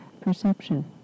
perception